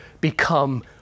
become